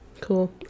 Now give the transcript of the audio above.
cool